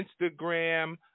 Instagram